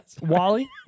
Wally